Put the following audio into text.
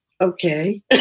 Okay